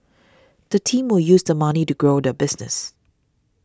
the team will use the money to grow the business